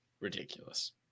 ridiculous